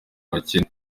bakene